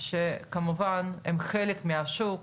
שכמובן הם חלק מהשוק.